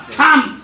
come